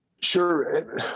Sure